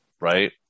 right